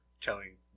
telling